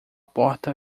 porta